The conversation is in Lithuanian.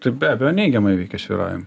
tai be abejo neigiamai veikia svyravimai